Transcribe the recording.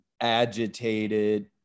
agitated